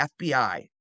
FBI